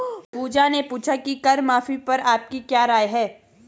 पूजा ने पूछा कि कर माफी पर आपकी क्या राय है?